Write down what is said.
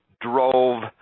drove